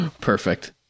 perfect